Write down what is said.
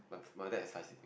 my dad has five sibling